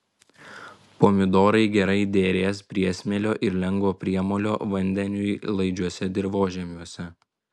pomidorai gerai derės priesmėlio ir lengvo priemolio vandeniui laidžiuose dirvožemiuose